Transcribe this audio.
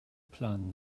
planen